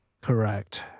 Correct